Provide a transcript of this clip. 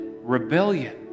rebellion